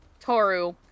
Toru